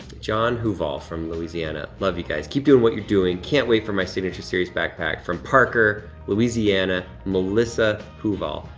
john huval from louisiana, love you guys, keep doing what you're doing. can't wait for my signature series backpack from parker, louisiana, melissa huval.